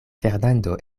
fernando